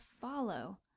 follow